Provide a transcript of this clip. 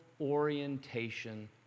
orientation